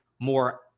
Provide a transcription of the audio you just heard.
more